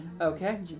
Okay